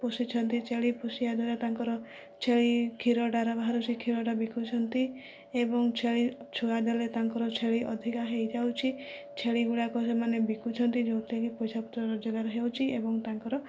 ପୋଷିଛନ୍ତି ଛେଳି ପୋଷିବା ବେଳେ ତାଙ୍କର ଛେଳି କ୍ଷୀରଟାର ବାହାରୁଛି କ୍ଷୀରଟା ବିକୁଛନ୍ତି ଏବଂ ଛେଳି ଛୁଆ ଦେଲେ ତାଙ୍କର ଛେଳି ଅଧିକା ହୋଇ ଯାଉଛି ଛେଳି ଗୁଡ଼ାକ ସେମାନେ ବିକୁଛନ୍ତି ଯେଉଁଥିରେ କି ପଇସା ପତ୍ର ରୋଜଗାର ହେଉଛି ଏବଂ ତାଙ୍କର